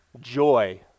joy